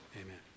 Amen